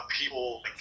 people